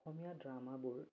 অসমীয়া ড্ৰামাবোৰ